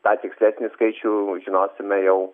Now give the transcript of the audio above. tą tikslesnį skaičių žinosime jau